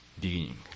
beginning